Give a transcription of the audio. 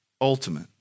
ultimate